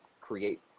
create